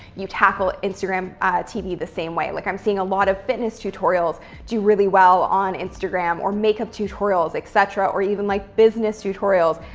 you tackle instagram tv the same way. like i'm seeing a lot of fitness tutorials do really well on instagram, or makeup tutorials, etc, or even like business tutorials.